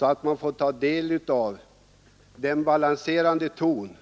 med dess balanserade ton.